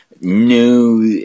No